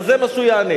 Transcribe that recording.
הרי זה מה שהוא יענה.